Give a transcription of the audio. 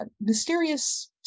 mysterious